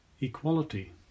equality